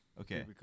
Okay